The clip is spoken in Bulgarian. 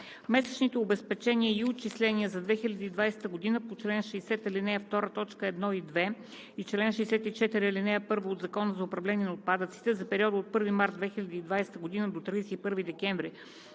Месечните обезпечения и отчисления за 2020 г. по чл. 60, ал. 2, т. 1 и 2 и чл. 64, ал. 1 от Закона за управление на отпадъците за периода от 1 март 2020 г. до 31 декември